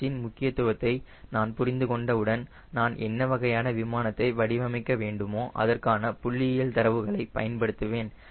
VH இன் முக்கியத்துவத்தை நான் புரிந்து கொண்ட உடன் நான் என்ன வகையான விமானத்தை வடிவமைக்க வேண்டுமோ அதற்கான புள்ளியியல் தரவுகளைப் பயன்படுத்துவேன்